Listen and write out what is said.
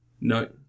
No